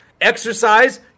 exercise